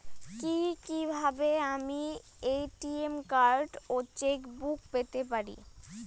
কি কিভাবে আমি এ.টি.এম কার্ড ও চেক বুক পেতে পারি?